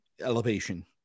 elevation